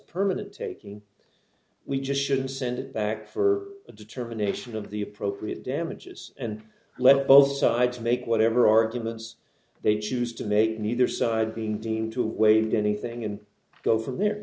permanent taking we just should send it back for a determination of the appropriate damages and let both sides make whatever arguments they choose to make neither side being deemed to wade anything and go from